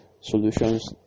Solutions